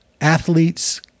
athletes